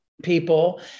people